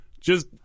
just-